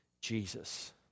Jesus